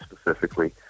specifically